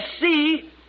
see